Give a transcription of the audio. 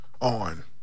on